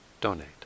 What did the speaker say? donate